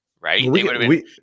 right